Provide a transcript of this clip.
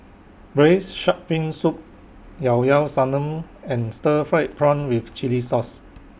Braised Shark Fin Soup Llao Llao Sanum and Stir Fried Prawn with Chili Sauce